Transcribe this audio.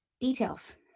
details